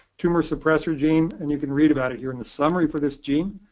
tumor suppressor gene, and you can read about it here in the summary for this gene.